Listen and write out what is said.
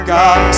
God